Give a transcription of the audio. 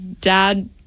Dad